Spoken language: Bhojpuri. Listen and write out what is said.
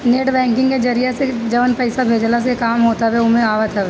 नेट बैंकिंग के जरिया से जवन पईसा भेजला के काम होत हवे उ एमे आवत हवे